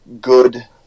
good